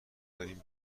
داریم